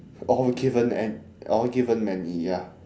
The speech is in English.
or given an~ or given many ya